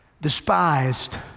despised